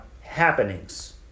happenings